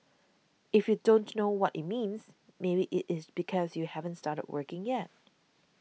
if you don't know what it means maybe it is because you haven't started working yet